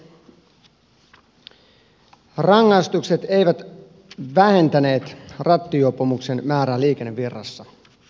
rangaistukset eivät vähentäneet rattijuopumusten määrää liikennevirrassa